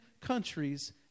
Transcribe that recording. countries